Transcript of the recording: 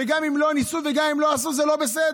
וגם אם לא ניסו וגם אם לא עשו זה לא בסדר,